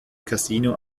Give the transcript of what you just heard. casino